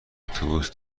اتوبوس